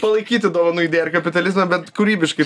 palaikyti dovanų idėją ar kapitalizmą bet kūrybiškai